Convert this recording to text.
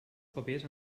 papers